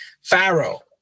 pharaoh